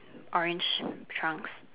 orange trunks